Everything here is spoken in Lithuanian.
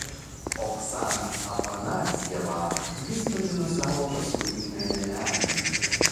oksaną afanasjevą jis vadino savo paskutiniąja meile